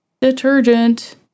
detergent